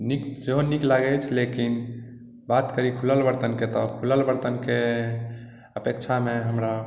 नीक सेहो नीक लागैत अछि लेकिन बात करी खुलल बर्तनके तऽ खुलल बर्तनके अपेक्षामे हमरा